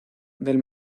del